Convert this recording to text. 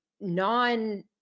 non